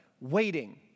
waiting